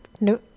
No